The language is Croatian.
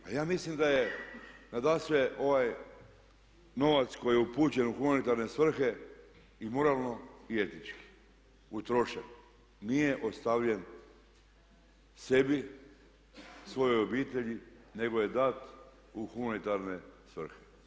Pa ja mislim da je nadasve novac koji je upućen u humanitarne svrhe i moralno i etički utrošen, nije ostavljen sebi, svojoj obitelji, nego je dat u humanitarne svrhe.